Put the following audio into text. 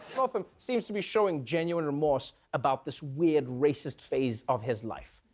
northam seems to be showing genuine remorse about this weird racist phase of his life.